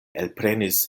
elprenis